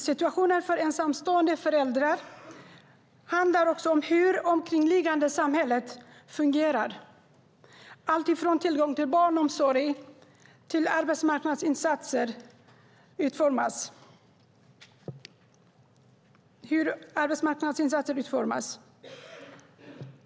Situationen för ensamstående föräldrar handlar också om hur det omkringliggande samhället fungerar - alltifrån tillgången till barnomsorg till hur arbetsmarknadsinsatser utformas.